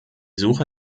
suche